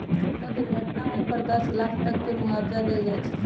कोनो दुर्घटना होए पर दस लाख तक के मुआवजा देल जाई छई